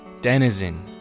Denizen